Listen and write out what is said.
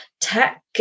tech